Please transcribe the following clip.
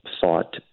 thought